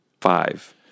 Five